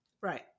right